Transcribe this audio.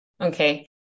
Okay